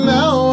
now